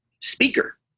speaker